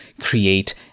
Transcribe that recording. create